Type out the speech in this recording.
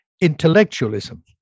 intellectualism